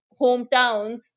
hometowns